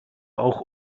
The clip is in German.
auch